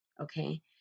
Okay